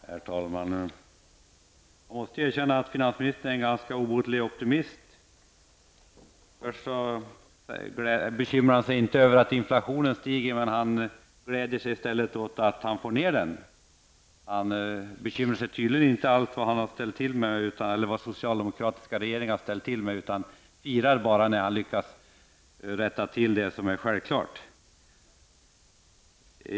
Herr talman! Jag måste erkänna att finansministern är en ganska obotlig optimist. Först bekymrar han sig inte över att inflationen stiger, men sedan gläder han sig åt att han får ned den. Han bekymrar sig tydligen inte för allt vad den socialdemokratiska regeringen har ställt till med, men firar när han lyckas rätta till det som är självklart.